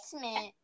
basement